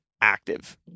active